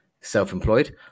self-employed